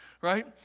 right